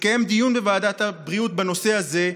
התקיים דיון בוועדת הבריאות בנושא הזה,